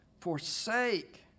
forsake